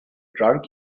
drunk